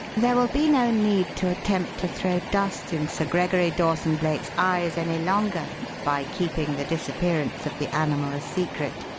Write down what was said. there will be no need to attempt to throw dust in sir gregory dawson-blake's eyes any longer by keeping the disappearance of the animal a secret.